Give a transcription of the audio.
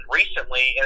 recently